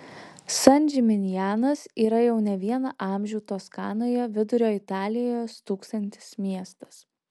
san džiminjanas yra jau ne vieną amžių toskanoje vidurio italijoje stūksantis miestas